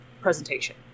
presentation